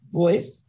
voice